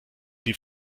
die